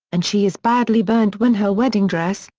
and she is badly burnt when her wedding dress,